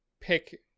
pick